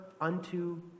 unto